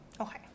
okay